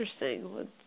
interesting